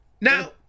Now